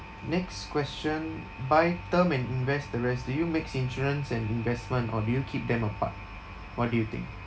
next question buy term and invest the rest do you mix insurance and investment or do you keep them apart what do you think